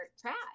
trash